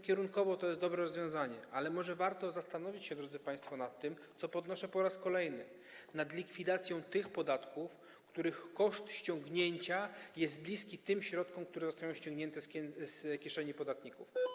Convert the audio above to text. Kierunkowo to jest dobre rozwiązanie, ale może warto zastanowić się, drodzy państwo, podnoszę to po raz kolejny, nad likwidacją tych podatków, bo koszt ich ściągnięcia jest bliski tym środkom, które zostają ściągnięte z kieszeni podatników.